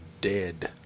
dead